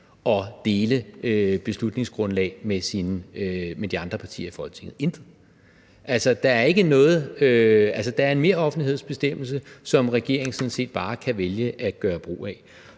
og dele et beslutningsgrundlag med de andre partier i Folketinget – intet. Altså, der er en meroffentlighedsbestemmelse, som regeringen sådan set bare kan vælge at gøre brug af.